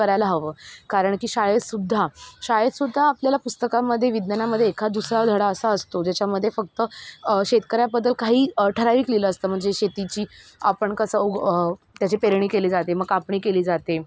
करायला हवं कारण की शाळेतसुद्धा शाळेतसुद्धा आपल्याला पुस्तकामदे विज्ञानामदे एखादुसरा धडा असा असतो ज्याच्यामदे फक्त शेतकऱ्याबद्दल काही ठराविकलेलं असतं म्हणजे शेतीची आपण कसं उग त्याची पेरणी केली जाते मं कापणी केली जाते